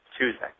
Tuesday